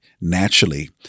naturally